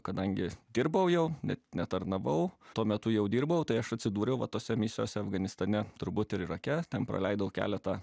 kadangi dirbau jau net netarnavau tuo metu jau dirbau tai aš atsidūriau vat tose misijose afganistane turbūt ir irake ten praleidau keletą